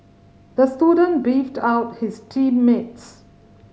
the student beefed out his team mates